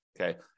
Okay